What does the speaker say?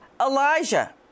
Elijah